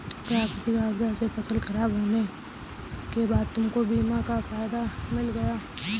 प्राकृतिक आपदा से फसल खराब होने के बाद तुमको बीमा का फायदा मिल जाएगा